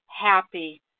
happy